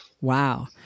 Wow